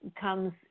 comes